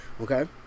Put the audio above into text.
okay